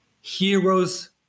heroes